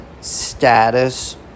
status